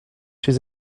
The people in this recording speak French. chez